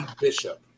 Bishop